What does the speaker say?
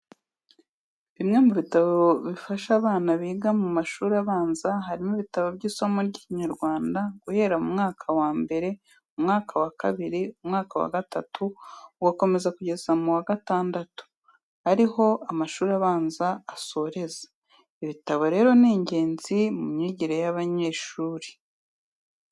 Bimwe mu bitabo bifasha abana biga mu mashuri abanza, harimo ibitabo by'isomo ry'Ikinyarwanda guhera mu mwaka wa mbere, umwaka wa kabiri, umwaka wa gatatu gukomeza kugeza ku mwaka wa gatandatu, ari ho amashuri abanza asoreza. Ibitabo rero ni ingenzi mu myigire y'abanyeshuri.